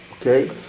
Okay